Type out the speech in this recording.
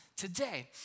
today